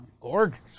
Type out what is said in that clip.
Gorgeous